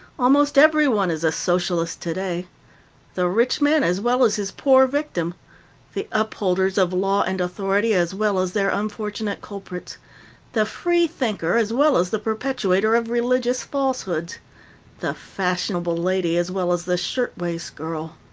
almost everyone is a socialist today the rich man, as well as his poor victim the upholders of law and authority, as well as their unfortunate culprits the freethinker, as well as the perpetuator of religious falsehoods the fashionable lady, as well as the shirtwaist girl.